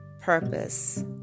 purpose